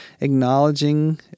acknowledging